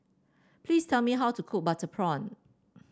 please tell me how to cook Butter Prawn